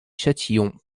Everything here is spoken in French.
châtillon